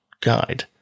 guide